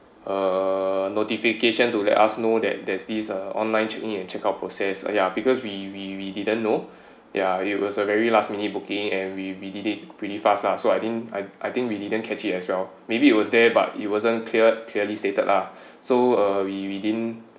uh notification to let us know that there's this online check in and check out process ah ya because we we we didn't know ya it was a very last minute booking and we we did it pretty fast lah so I didn't I I think we didn't catch it as well maybe it was there but it wasn't clear clearly stated lah so uh we we didn't